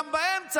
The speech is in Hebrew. גם באמצע,